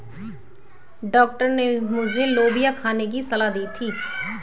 doctor ने मुझे लोबिया खाने की सलाह दी थी